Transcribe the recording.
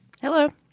Hello